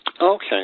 Okay